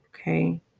okay